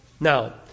Now